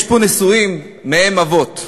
יש פה נשואים, מהם אבות,